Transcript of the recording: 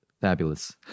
fabulous